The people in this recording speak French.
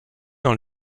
dans